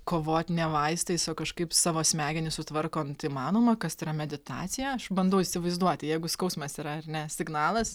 kovot ne vaistais o kažkaip savo smegenis sutvarkont įmanoma kas tai yra meditacija aš bandau įsivaizduoti jeigu skausmas yra ar ne signalas